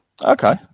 Okay